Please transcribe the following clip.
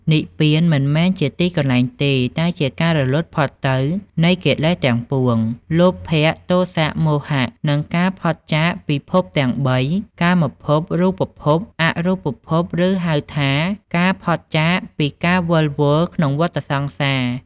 និព្វានមិនមែនជាទីកន្លែងទេ តែជាការរលត់ផុតទៅនៃកិលេសទាំងពួង លោភៈ ទោសៈ មោហៈ និងការផុតចាកពីភពទាំងបី កាមភព រូបភព អរូបភព ឬហៅថាការផុតចាកពីការវិលវល់ក្នុងវដ្ដសង្សារ។